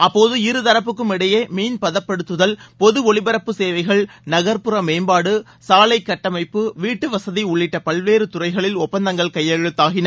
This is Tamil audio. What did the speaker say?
அப்போது இருதாப்புக்கும் இடையே மீன்பதப்படுத்துதல் பொது ஒலிபரப்பு சேவைகள் நகர்ப்புற மேம்பாடு சாலை கட்டமைப்பு வீட்டு வசதி உள்ளிட்ட பல்வேறு துறைகளில் ஒப்பந்தங்கள் கையெழுத்தாகின